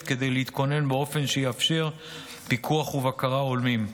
להתכונן באופן שיאפשר פיקוח ובקרה הולמים,